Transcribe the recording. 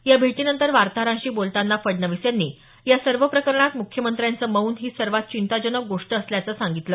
या भेटीनंतर वार्ताहरांशी बोलतांना फडणवीस यांनी या सर्व प्रकरणात मुख्यमंत्र्यांचं मौन ही सर्वात चिंताजनक गोष्ट असल्याचं सांगितलं